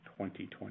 2020